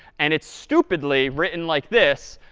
and it's stupidly written like this.